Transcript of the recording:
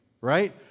right